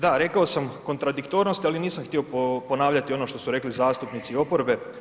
Da, rekao sam kontradiktornost ali nisam htio ponavljati ono što su rekli zastupnici oporbe.